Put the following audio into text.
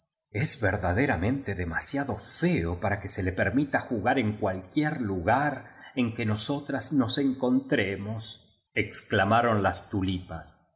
es verdaderamente demasiado feo para que se le permi ta jugar en cualquier lugar en que nosotras nos encontremos exclamaron las